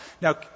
Now